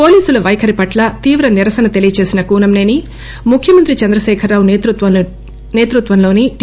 పోలీసుల వైఖరి పట్ల తీవ్ర నిరసన తెలియజేసిన కూనంసేని ముఖ్యమంత్రి చంద్రశేఖరరావు నేతృత్వంలోని టి